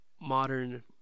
modern